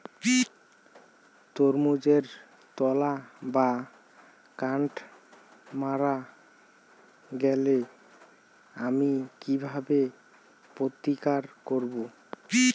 তরমুজের লতা বা কান্ড মারা গেলে আমি কীভাবে প্রতিকার করব?